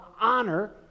Honor